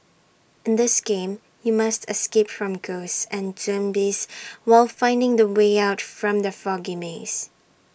in this game you must escape from ghosts and zombies while finding the way out from the foggy maze